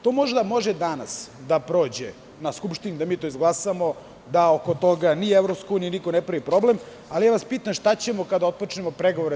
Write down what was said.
To možda može danas da prođe na Skupštini i da mi to izglasamo i da oko toga Evropska unija ne pravi problem, ali vas pitam – šta ćemo kada otpočnemo pregovore?